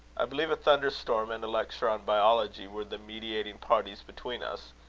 i believe a thunderstorm and a lecture on biology were the mediating parties between us.